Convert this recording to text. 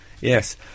Yes